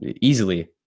easily